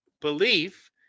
belief